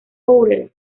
hotels